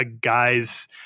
guy's